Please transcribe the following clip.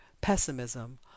pessimism